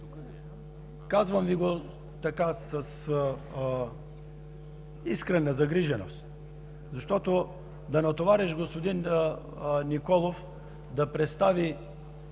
Казвам Ви го с искрена загриженост, защото да натовариш господин Николов да представи